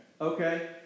Okay